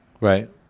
Right